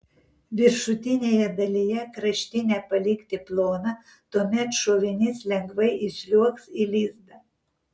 viršutinėje dalyje kraštinę palikti ploną tuomet šovinys lengvai įsliuogs į lizdą